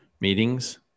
meetings